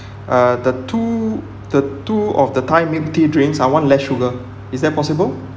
uh the two the two of the thai milk tea drinks I want less sugar is that possible